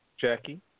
Jackie